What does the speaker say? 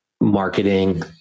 marketing